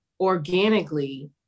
organically